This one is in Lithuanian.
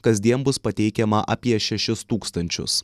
kasdien bus pateikiama apie šešis tūkstančius